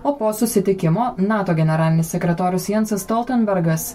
o po susitikimo nato generalinis sekretorius jensas stoltenbergas